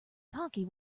cocky